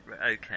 okay